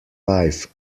life